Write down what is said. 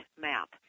map